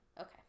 Okay